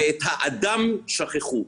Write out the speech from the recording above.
'ואת האדם שכחו'.